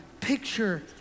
picture